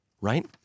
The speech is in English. Right